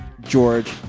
George